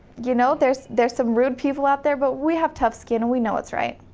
you know there's there's some rude people out there but we have tough skin, and we know what's right.